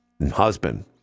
husband